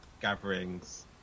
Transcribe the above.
gatherings